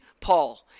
Paul